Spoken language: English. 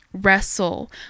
Wrestle